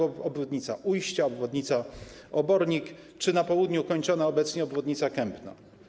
Obwodnica Ujścia, obwodnica Obornik czy na południu kończona obecnie obwodnica Kępna.